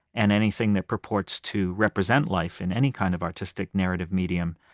and anything that purports to represent life in any kind of artistic narrative medium,